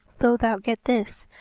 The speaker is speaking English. though thou get this,